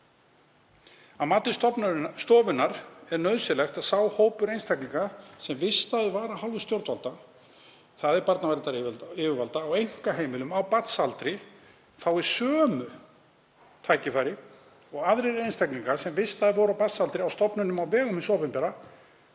„Að mati stofunnar er nauðsynlegt að sá hópur einstaklinga sem vistaður var af hálfu stjórnvalda, þ.e. barnaverndaryfirvalda, á einkaheimilum á barnsaldri, fái sömu tækifæri og aðrir einstaklingar sem vistaðir voru á barnsaldri á stofnunum á vegum hins opinbera